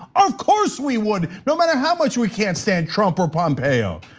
of course, we would, no matter how much we can't stand trump or pompeo.